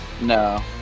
No